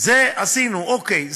זה עשינו, אוקיי.